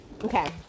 Okay